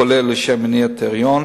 כולל לשם מניעת היריון,